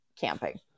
camping